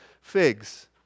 figs